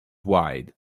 wide